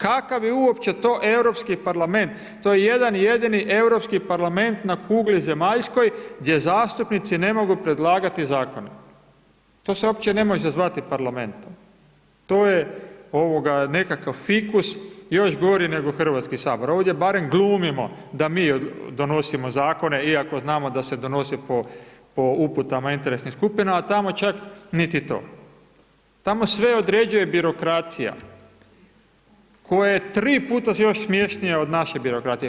Kakav je uopće to Europski parlament, to je jedan jedini Europski parlament na kugli zemaljskoj gdje zastupnici ne mogu predlagati zakone, to se uopće ne može zvati parlamentom, to je nekakav fikus još gori nego HS, ovdje barem glumimo da mi donosimo zakone iako znamo da se donose po uputama interesnih skupina, a tamo čak niti to, tamo sve određuje birokracija koja je 3 puta još smješnija od naše birokracije.